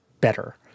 better